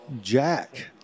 Jack